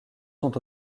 sont